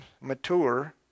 mature